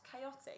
chaotic